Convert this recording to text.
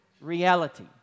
reality